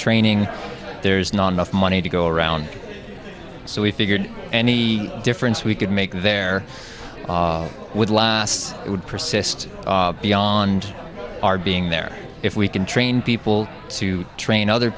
training there's not enough money to go around so we figured any difference we could make there would last would persist beyond our being there if we can train people to train other